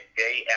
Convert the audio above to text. day